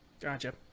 Gotcha